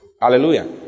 Hallelujah